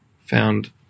found